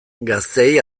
gazteei